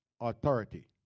authority